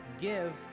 Give